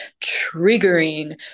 triggering